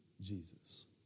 Jesus